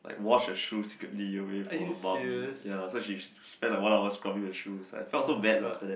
like wash her shoes secretly away from her mum ya so she spent like one hour scrubbing the shoes I felt so bad lah after that